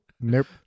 Nope